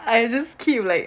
I just keep like